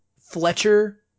Fletcher